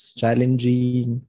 challenging